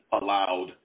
allowed